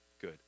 good